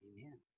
Amen